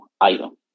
item